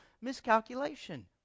miscalculation